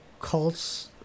cults